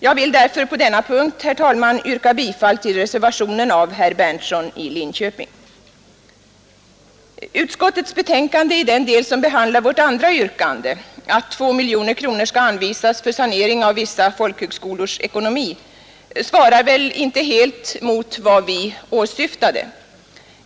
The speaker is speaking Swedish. Jag vill därför på denna punkt yrka bifall till reservationen av herr Berndtson i Linköping. Utskottets betänkande i den del som behandlar vårt andra yrkande — att 2 miljoner kronor skall anvisas för sanering av vissa folkhögskolors ekonomi — svarar inte helt mot vad vi åsyftade.